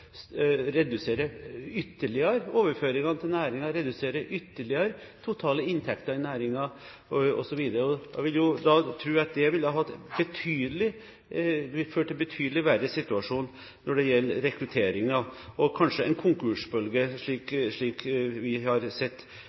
redusere overføringene til næringen ytterligere, redusere de totale inntektene i næringen ytterligere, osv. Jeg vil tro at det ville ha ført til en betydelig verre situasjon når det gjelder rekrutteringen, og kanskje til en konkursbølge, slik vi har